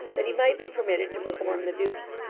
that he might be permitted to perform the duty.